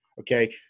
okay